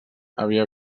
havia